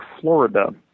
Florida